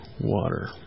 water